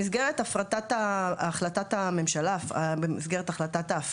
במסגרת החלטת הממשלה על ההפרטה,